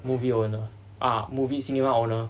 movie owner ah movie cinema owner